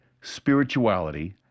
spirituality